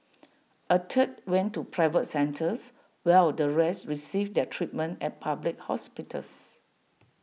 A third went to private centres while the rest received their treatment at public hospitals